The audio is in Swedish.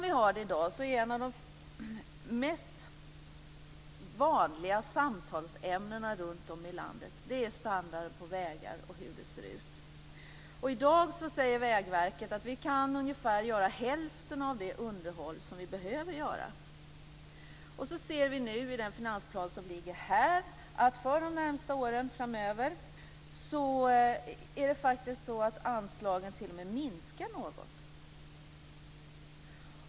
I dag är standarden på vägarna ett av de mest vanliga samtalsämnena runtom i landet. I dag säger Vägverket att man kan utföra ungefär hälften av det underhåll som behöver göras. I den finansplan som ligger här ser vi nu att för de närmaste åren framöver minskar anslagen t.o.m. något.